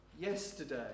yesterday